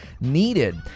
needed